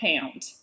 pound